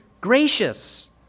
gracious